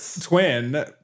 twin